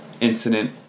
incident